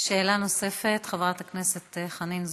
שאלה נוספת, חברת הכנסת חנין זועבי.